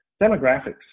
Demographics